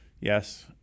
yes